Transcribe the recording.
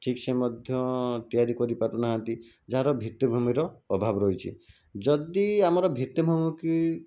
ଠିକ୍ସେ ମଧ୍ୟ ତିଆରି କରି ପାରୁନାହାଁନ୍ତି ଯାହାର ଭିତ୍ତିଭୂମିର ଅଭାବ ରହିଛି ଯଦି ଆମର ଭିତ୍ତିଭୂମିକି